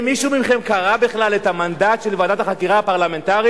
האם מישהו מכם קרא בכלל את המנדט של ועדת החקירה הפרלמנטרית?